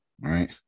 right